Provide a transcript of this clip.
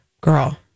Girl